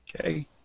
Okay